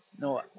no